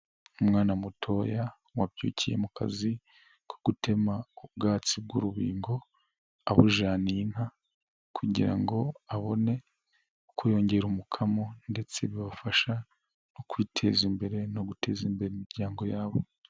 Umwana mutoya wabyukiye mu kazi ko gutema ubwatsi bw'urubingo, abujaniye inka kugira ngo abone uko yongera umukamo ndetse bibafasha no kwiteza imbere no guteza imbere imiryango yabo.